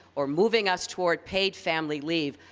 or moving us toward paid family leave,